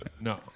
No